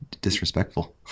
disrespectful